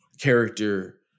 character